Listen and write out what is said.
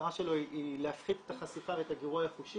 המטרה שלו היא להפחית את החשיפה ואת הגירוי החושי